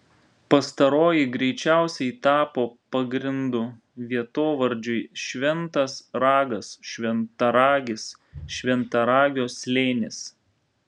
pastaroji greičiausiai tapo pagrindu vietovardžiui šventas ragas šventaragis šventaragio slėnis